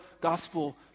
gospel